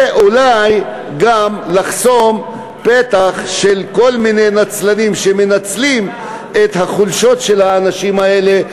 ואולי גם לחסום פתח לכל מיני נצלנים שמנצלים את החולשות של האנשים האלה,